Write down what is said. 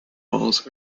walls